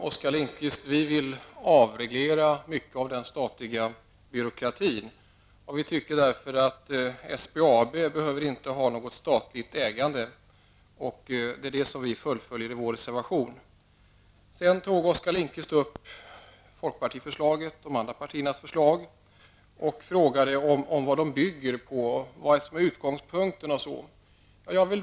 Herr talman! Vi vill avreglera mycket av den statliga byråkratin, Oskar Lindkvist. Därför anser vi att SBAB inte skall ha ett statligt ägaransvar. Den uppfattningen följer vi upp i vår reservation. Oskar Lindkvist kommenterade sedan folkpartiförslaget och övriga partiers förslag samt frågade vad de bygger på, vad utgångspunkten är för dem osv.